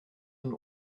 een